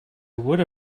would